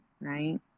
Right